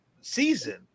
season